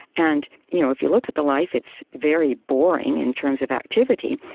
and you know if you look at the life it's very boring in terms of activity,